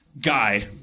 guy